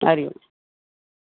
हरिओम